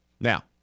Now